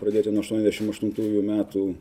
pradėti nuo aštuoniasdešim aštuntųjų metų